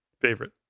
Favorite